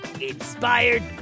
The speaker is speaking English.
Inspired